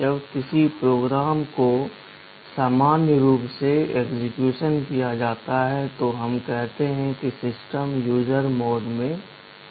जब किसी प्रोग्राम को सामान्य रूप से एक्सेक्यूशन किया जाता है तो हम कहते हैं कि सिस्टम यूजर मोड में है